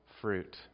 fruit